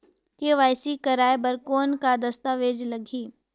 KYC कराय बर कौन का दस्तावेज लगही?